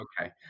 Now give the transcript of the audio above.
okay